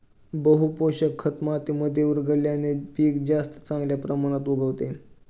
बहू पोषक खत मातीमध्ये मिळवल्याने पीक जास्त चांगल्या प्रमाणात उगवते